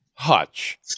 Hutch